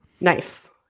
Nice